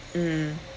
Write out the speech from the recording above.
mm